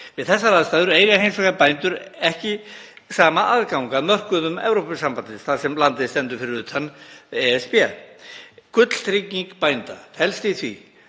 Við þessar aðstæður eiga bændur hins vegar ekki sama aðgang að mörkuðum Evrópusambandsins þar sem landið stendur fyrir utan ESB. Gulltrygging bænda felst í því